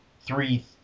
three